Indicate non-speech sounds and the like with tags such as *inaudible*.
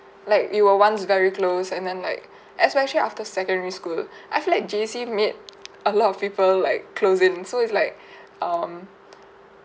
like you were once very close and then like *breath* especially after secondary school *breath* I feel like J_C made a lot of people like close in so it's like *breath* um *breath*